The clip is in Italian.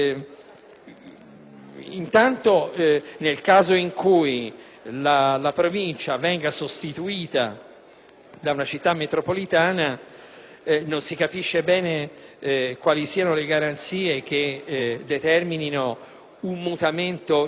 esempio, nel caso in cui la Provincia venga sostituita da una città metropolitana, non si capisce bene quali siano le garanzie che determinano un mutamento in positivo.